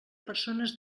persones